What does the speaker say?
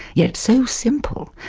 yet so simple,